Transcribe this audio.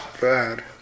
bad